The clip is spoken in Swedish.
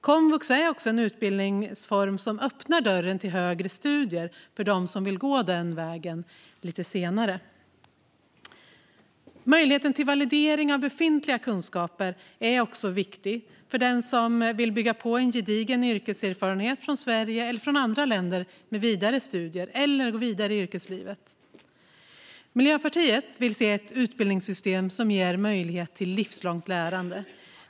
Komvux är också en utbildningsform som öppnar dörren till högre studier för dem som vill gå den vägen lite senare. Möjligheten till validering av befintliga kunskaper är viktig för dem som vill bygga på gedigen yrkeserfarenhet från Sverige eller andra länder med vidare studier eller gå vidare i yrkeslivet. Miljöpartiet vill se ett utbildningssystem som ger möjlighet till livslångt lärande.